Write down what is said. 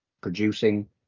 producing